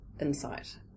insight